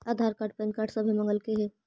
आधार card PAN card सभे मगलके हे?